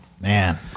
man